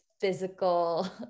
physical